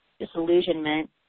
Disillusionment